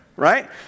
right